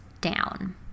down